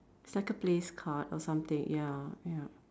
it's like a place card or something ya ya